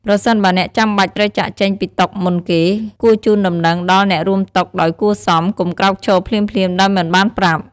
ប្រសិនបើអ្នកចាំបាច់ត្រូវចាកចេញពីតុមុនគេ គួរជូនដំណឹងដល់អ្នករួមតុដោយគួរសម កុំក្រោកឈរភ្លាមៗដោយមិនបានប្រាប់។